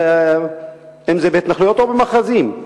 אם בהתנחלויות או במאחזים,